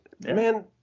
man